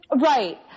Right